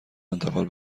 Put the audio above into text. انتقال